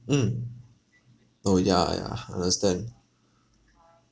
mm oh ya yeah understand